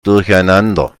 durcheinander